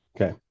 Okay